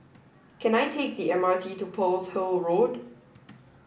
can I take the MRT to Pearl's Hill Road